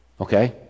Okay